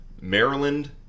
Maryland